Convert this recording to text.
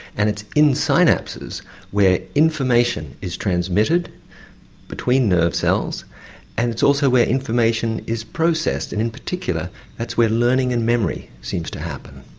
and it's in synapses where information is transmitted between nerve cells and it's also where information is processed and in particular that's where learning and memory seems to happen.